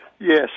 Yes